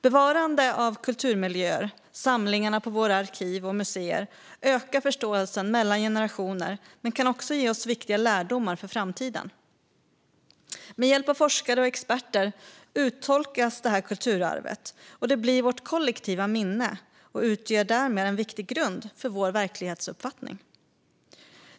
Bevarande av kulturmiljöer och samlingarna på våra arkiv och museer ökar förståelsen mellan generationer men kan också ge oss viktiga lärdomar för framtiden. Med hjälp av forskare och experter uttolkas detta kulturarv, och det bli vårt kollektiva minne och utgör därmed en viktig grund för vår verklighetsuppfattning.